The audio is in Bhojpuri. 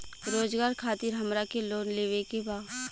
रोजगार खातीर हमरा के लोन लेवे के बा?